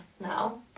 now